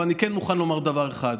אבל אני כן מוכן לומר דבר אחד.